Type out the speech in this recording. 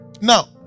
Now